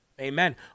Amen